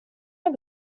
med